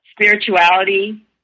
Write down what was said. spirituality